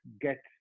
get